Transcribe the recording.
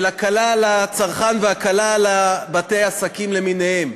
של הקלה על הצרכן והקלה על בתי-עסקים למיניהם.